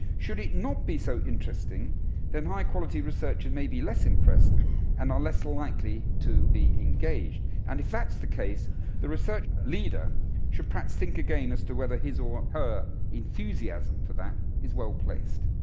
should it not be so interesting then high quality researchers and may be less impressed and are less likely to be engaged? and if that's the case the research leader should perhaps think again as to whether his or her enthusiasm for that is well placed.